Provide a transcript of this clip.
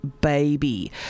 baby